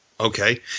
Okay